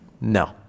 No